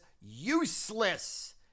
Useless